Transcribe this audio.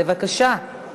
בבקשה,